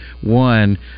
one